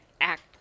act